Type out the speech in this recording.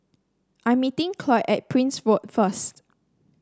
I'm meeting at Prince Road first